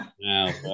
now